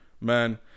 Man